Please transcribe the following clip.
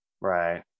Right